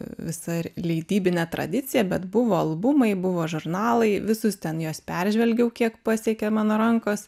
visa ir leidybinė tradicija bet buvo albumai buvo žurnalai visus ten juos peržvelgiau kiek pasiekė mano rankos